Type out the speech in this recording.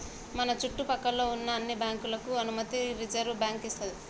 మన చుట్టు పక్కల్లో ఉన్న అన్ని బ్యాంకులకు అనుమతి రిజర్వుబ్యాంకు ఇస్తది